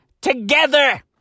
together